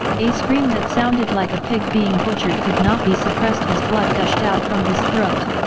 a scream that sounded like a pig being butchered could not be suppressed as blood gushed out from his throat.